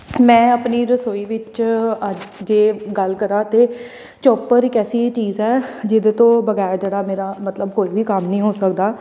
ਮੈਂ ਆਪਣੀ ਰਸੋਈ ਵਿੱਚ ਅੱਜ ਜੇ ਗੱਲ ਕਰਾਂ ਤਾਂ ਚੋਪਰ ਇੱਕ ਐਸੀ ਚੀਜ਼ ਹੈ ਜਿਹਦੇ ਤੋਂ ਬਗੈਰ ਜਿਹੜਾ ਮੇਰਾ ਮਤਲਬ ਕੋਈ ਵੀ ਕੰਮ ਨਹੀਂ ਹੋ ਸਕਦਾ